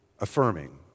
affirming